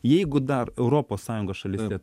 jeigu dar europos sąjungos šalyse